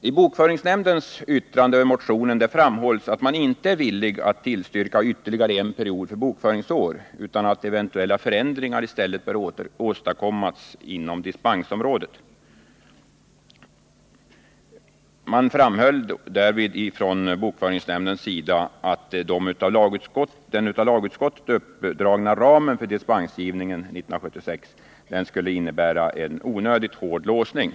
I bokföringsnämndens yttrande över motionen framhålls att man inte vill tillstyrka ytterligare en period för bokföringsår utan att eventuella förändringar i stället bör åstadkommas inom dispensområdet. Bokföringsnämnden framhåller därvid att den av lagutskottet 1976 uppdragna ramen för dispensgivningen skulle kunna innebära en onödigt hård låsning.